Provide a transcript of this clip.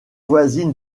voisine